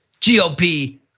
GOP